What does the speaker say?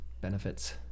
benefits